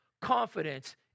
confidence